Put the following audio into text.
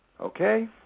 okay